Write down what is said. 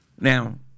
now